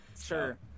Sure